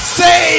say